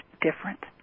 different